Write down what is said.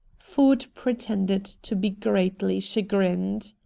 ford pretended to be greatly chagrined.